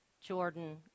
Jordan